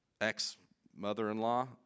ex-mother-in-law